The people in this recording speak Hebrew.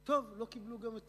טוב, לא קיבלו גם את